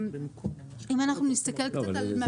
לא,